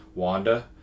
Wanda